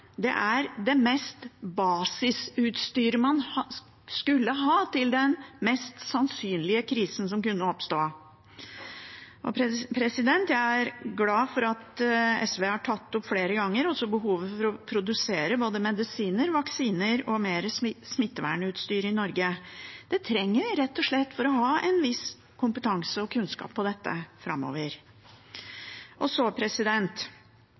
til den mest sannsynlige krisen som kunne oppstå. Jeg er glad for at SV har tatt det opp flere ganger, også behovet for å produsere både medisiner, vaksiner og mer smittevernutstyr i Norge. Det trenger vi, rett og slett for å ha en viss kompetanse og kunnskap om dette framover. Og så: